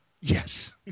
Yes